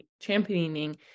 championing